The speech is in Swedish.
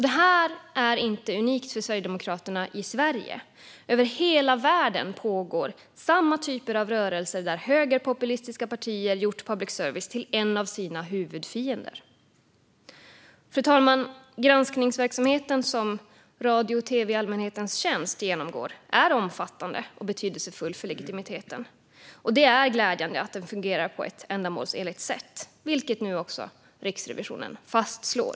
Det här är inte unikt för Sverigedemokraterna i Sverige. Över hela världen pågår samma typer av rörelser där högerpopulistiska partier gjort public service till en av sina huvudfiender. Fru talman! Granskningsverksamheten som radio och tv i allmänhetens tjänst genomgår är omfattande och betydelsefull för legitimiteten. Det är glädjande att den fungerar på ett ändamålsenligt sätt, vilket nu också Riksrevisionen fastslår.